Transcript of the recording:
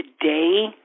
today